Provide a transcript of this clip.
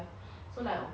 oh